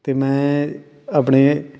ਅਤੇ ਮੈਂ ਆਪਣੇ